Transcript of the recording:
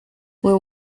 where